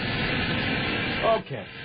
okay